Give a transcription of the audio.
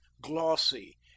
glossy